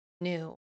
new